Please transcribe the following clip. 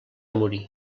morir